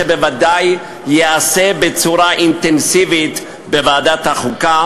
שבוודאי ייעשה בצורה אינטנסיבית בוועדת החוקה,